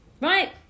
right